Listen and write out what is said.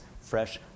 fresh